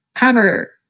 cover